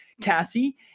Cassie